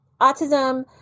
autism